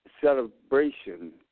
celebration